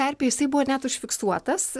terpėj jisai buvo net užfiksuotas